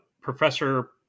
Professor